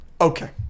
okay